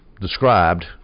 described